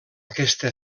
aquesta